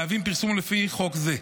מהווים פרסום לפי חוק זה.